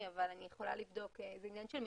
זה לא אומר שזה לא ייכנס לתוספת,